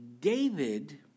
David